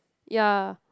ya